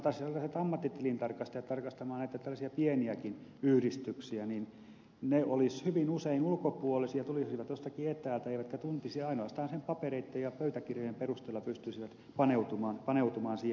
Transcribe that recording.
jos pantaisiin ammattitilintarkastajat tarkastamaan näitä tällaisia pieniäkin yhdistyksiä niin he olisivat hyvin usein ulkopuolisia tulisivat jostakin etäältä eivätkä tuntisi ainoastaan papereiden ja pöytäkirjojen perusteella pystyisivät paneutumaan siihen asiaan